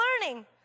Learning